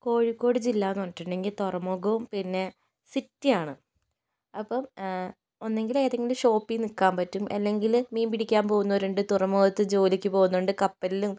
കോഴിക്കോട് ജില്ല എന്ന് പറഞ്ഞിട്ടുണ്ടെങ്കിൽ തുറമുഖവും പിന്നെ സിറ്റിയാണ് അപ്പം ഒന്നെങ്കിൽ ഏതെങ്കിലും ഷോപ്പിൽ നിൽക്കാൻ പറ്റും അല്ലെങ്കിൽ മീൻ പിടിക്കാൻ പോകുന്നവരുണ്ട് തുറമുഖത്ത് ജോലിക്ക് പോകുന്നുണ്ട് കപ്പലിലും